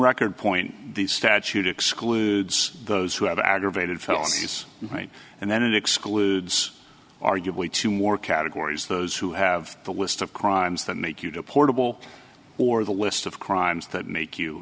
record point the statute excludes those who have aggravated felony is right and then it excludes arguably two more categories those who have the list of crimes that make you deportable or the list of crimes that make you